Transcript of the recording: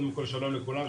קודם של שלום לכולם,